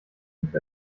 nicht